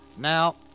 Now